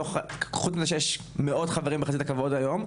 חוץ מזה שיש עשרות חברים היום,